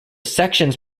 sections